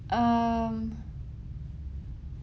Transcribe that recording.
um